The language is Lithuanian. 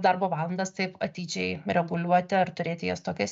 darbo valandas taip atidžiai reguliuoti ar turėti jas tokias